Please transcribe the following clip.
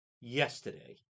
yesterday